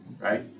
right